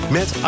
Met